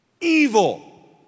evil